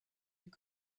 your